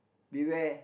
beware